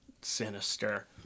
sinister